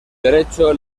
derecho